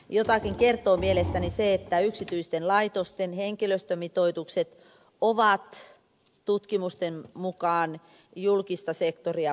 jotakin kertoo mielestäni se että yksityisten laitosten henkilöstömitoitukset ovat tutkimusten mukaan julkista sektoria parempitasoisia